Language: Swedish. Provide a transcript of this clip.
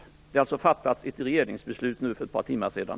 Det har alltså fattats ett regeringsbeslut för ett par timmar sedan.